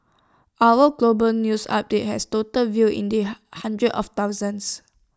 hourly global news updates has total views in the hundreds of thousands